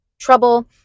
trouble